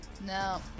no